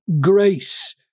grace